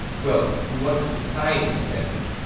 well, we want to sign a message.